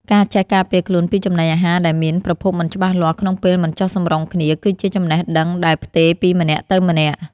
ការចេះការពារខ្លួនពីចំណីអាហារដែលមានប្រភពមិនច្បាស់លាស់ក្នុងពេលមិនចុះសម្រុងគ្នាគឺជាចំណេះដឹងដែលផ្ទេរពីម្នាក់ទៅម្នាក់។